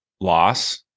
loss